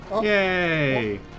Yay